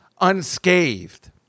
unscathed